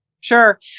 Sure